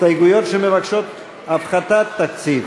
הסתייגויות שמבקשות הפחתת תקציב,